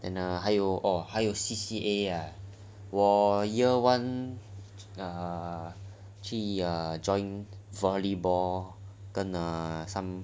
and err 还有 orh 还有 C_C_A ah 我 year one err 去 uh join volleyball 跟 ah